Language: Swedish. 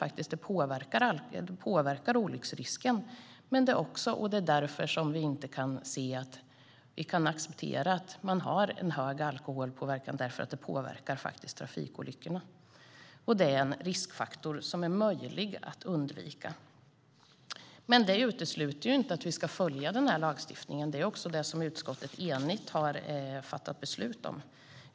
Alkohol påverkar olycksrisken. Det är därför vi inte kan acceptera en hög alkoholpåverkan. Det påverkar trafikolyckorna, men det är en riskfaktor som är möjlig att undvika. Men det utesluter inte att vi ska följa lagstiftningen. Det är också detta som utskottet enigt har fattat beslut om.